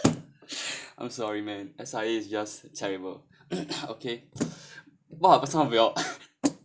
I'm sorry man S_I_A is just terrible okay what about some of your